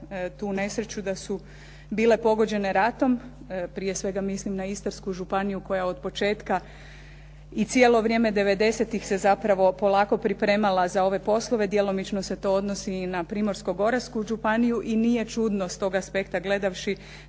tu nesreću da su bile pogođene ratom, prije svega mislim na Istarsku županiju koja od početka i cijelo vrijeme devedesetih se zapravo polako pripremala za ove poslove. Djelomično se to odnosi i na Primorsko-goransku županiju i nije čudno s tog aspekta gledavši